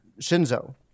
Shinzo